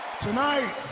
Tonight